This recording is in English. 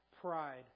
Pride